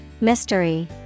Mystery